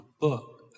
book